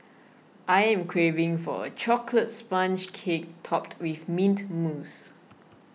I am craving for a Chocolate Sponge Cake Topped with Mint Mousse